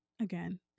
again